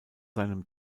seinem